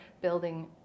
building